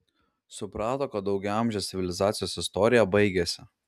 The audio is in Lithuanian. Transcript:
suprato kad daugiaamžė civilizacijos istorija baigiasi